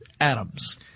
atoms